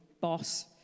boss